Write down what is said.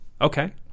okay